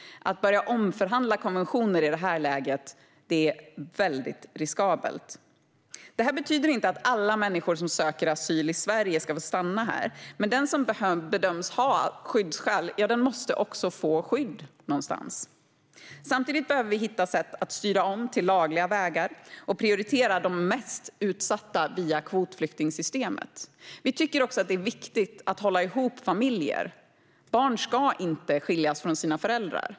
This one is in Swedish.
Att börja omförhandla konventioner i detta läge är väldigt riskabelt. Detta betyder inte att alla människor som söker asyl i Sverige ska få stanna här, men den som bedöms ha skyddsskäl måste få skydd någonstans. Samtidigt behöver vi hitta sätt att styra om till lagliga vägar och prioritera de mest utsatta via kvotflyktingsystemet. Vi tycker att det är viktigt att hålla ihop familjer. Barn ska inte skiljas från sina föräldrar.